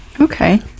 Okay